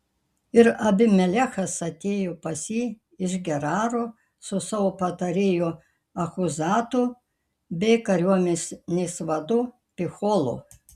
ir abimelechas atėjo pas jį iš geraro su savo patarėju achuzatu bei kariuomenės vadu picholu